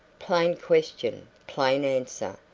plain question plain answer,